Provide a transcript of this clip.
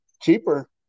cheaper